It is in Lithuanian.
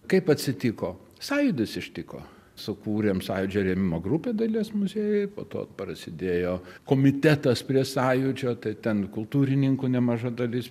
kaip atsitiko sąjūdis ištiko sukūrėm sąjūdžio rėmimo grupę dailės muziejuj po to prasidėjo komitetas prie sąjūdžio tai ten kultūrininkų nemaža dalis